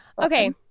Okay